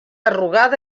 arrugada